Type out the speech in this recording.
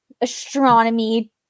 astronomy